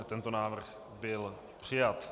Tento návrh byl přijat.